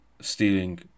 stealing